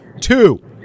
Two